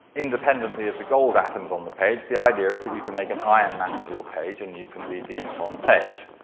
independently of the gold atoms on the page, the idea is that you can make an iron map of your page and you can read the ink on the page.